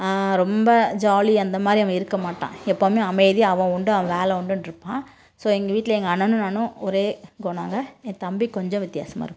ரொம்ப ஜாலி அந்த மாதிரி அவன் இருக்க மாட்டான் எப்பவுமே அமைதி அவன் உண்டு அவன் வேலை உண்டுன்னுருப்பான் ஸோ எங்கள் வீட்டில் எங்கள் அண்ணனும் நானும் ஒரே குணோங்க என் தம்பி கொஞ்சம் வித்தியாசமா இருப்பான்